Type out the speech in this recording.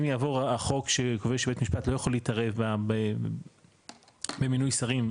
אם יעבור החוק שקובע שבית משפט לא יכול להתערב במינוי שרים,